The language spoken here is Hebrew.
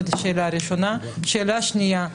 שאלה שנייה,